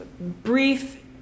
brief